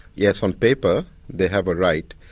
yes, on paper they have a right,